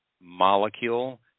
molecule